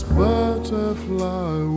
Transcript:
butterfly